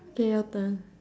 okay your turn